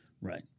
Right